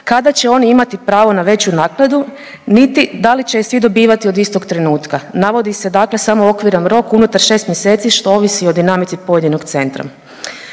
kada će oni imati pravo na veću naknadu niti da li će je svi dobivati od istog trenutka. Navodi se dakle samo okviran rok unutar 6 mjeseci što ovisi o dinamici pojedinog centra.